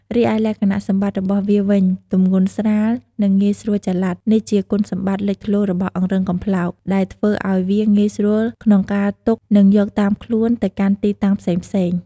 រីឯលក្ខណៈសម្បត្តិរបស់វាវិញ ទម្ងន់ស្រាល និងងាយស្រួលចល័ត នេះជាគុណសម្បត្តិលេចធ្លោរបស់អង្រឹងកំប្លោក ដែលធ្វើឲ្យវាងាយស្រួលក្នុងការទុក និងយកតាមខ្លួនទៅកាន់ទីតាំងផ្សេងៗ។